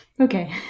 okay